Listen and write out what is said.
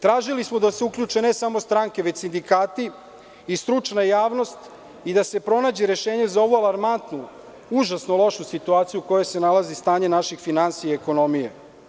Tražili smo da se uključe, ne samo stranke, već sindikati i stručna javnost i da se pronađe rešenje za ovu alarmantnu, užasno lošu situaciju u kojoj se nalazi stanje naših finansija i ekonomije.